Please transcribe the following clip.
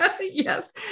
yes